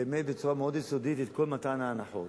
באמת, בצורה מאוד יסודית, את כל מתן ההנחות.